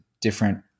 different